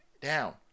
down